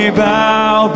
bow